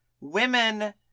women